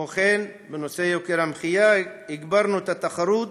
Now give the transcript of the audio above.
עוד בנושא יוקר המחיה, הגברנו את התחרות